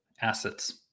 assets